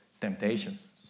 Temptations